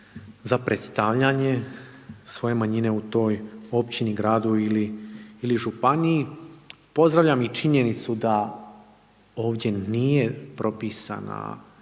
za predstavljanje svoje manjine u toj općini, gradu ili županiji. Pozdravljam i činjenicu da ovdje nije propisana